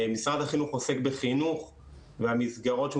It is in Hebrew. משרד החינוך עוסק בחינוך והמסגרות שהוא